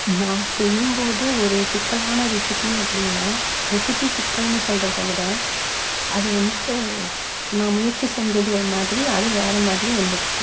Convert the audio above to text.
நான் செய்யும் போது ஒரு சிக்கலான ரெசிப்பி அப்படின்னா ரெசிப்பி சிக்கல்னு சொல்வத விட அது வந்து நான் முயற்சி செஞ்சது ஒரு மாதிரி அது வேறு மாதிரி வந்திருச்சு